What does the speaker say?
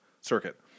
circuit